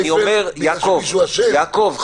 יעקב,